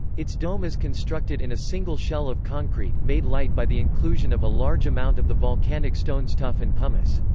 its dome is constructed in a single shell of concrete, made light by the inclusion of a large amount of the volcanic stones tuff and pumice.